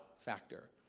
factor